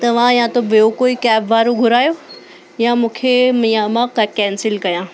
तव्हां या त ॿियों कोई कैब वारो घुरायो या मूंखे मि या मां का कैंसिल कया